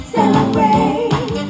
Celebrate